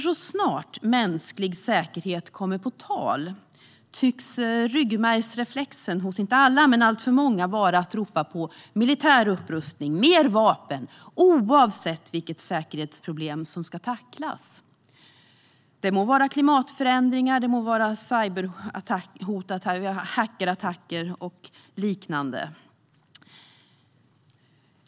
Så snart mänsklig säkerhet kommer på tal tycks ryggmärgsreflexen hos alltför många vara att ropa på militär upprustning och mer vapen, oavsett vilket säkerhetsproblem som ska tacklas. Det må vara klimatförändringar eller cyberhot, hackerattacker och liknande.